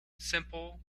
simple